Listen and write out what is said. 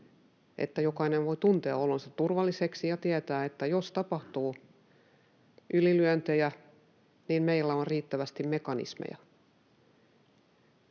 että jokainen voi tuntea olonsa turvalliseksi ja tietää, että jos tapahtuu ylilyöntejä, niin meillä on riittävästi mekanismeja.